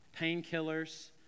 painkillers